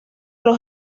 los